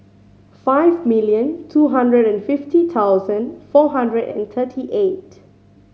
five million two hundred and fifty thousand four hundred and thirty eight